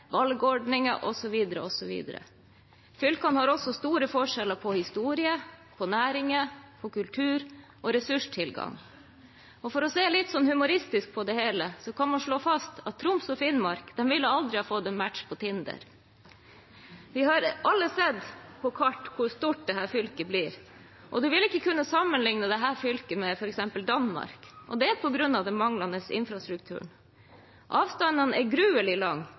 om valgordning, osv. Fylkene har også store forskjeller i historie, næringer, kultur og ressurstilgang. For å se litt humoristisk på det hele kan man slå fast at Troms og Finnmark aldri ville ha fått match på Tinder. Vi har alle sett på kartet hvor stort dette fylket blir. Man vil ikke kunne sammenligne dette fylket med f.eks. Danmark, og det er på grunn av den manglende infrastrukturen. Avstandene er gruelig lange,